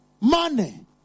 money